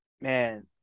Man